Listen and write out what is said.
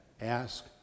ask